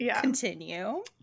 continue